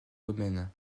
domaines